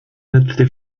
letzte